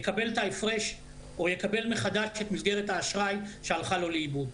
יקבל את ההפרש או יקבל מחדש את מסגרת האשראי שהלכה לו לאיבוד.